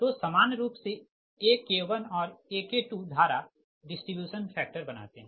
तो सामान्य रूप से AK1और AK2 धारा डिस्ट्रीब्यूशन फैक्टर बनाते है